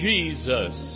Jesus